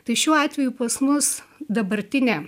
tai šiuo atveju pas mus dabartinė